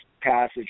passage